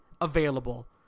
available